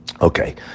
Okay